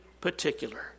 particular